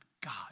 God